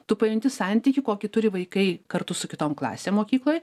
tu pajunti santykį kokį turi vaikai kartu su kitom klasėm mokykloj